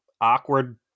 awkward